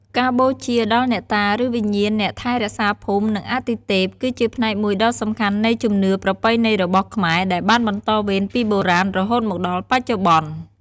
ការបូជាដល់ អ្នកតា ឬ វិញ្ញាណអ្នកថែរក្សាភូមិ និងអាទិទេព គឺជាផ្នែកមួយដ៏សំខាន់នៃជំនឿប្រពៃណីរបស់ខ្មែរ ដែលបានបន្តវេនពីបុរាណរហូតមកដល់បច្ចុប្បន្ន។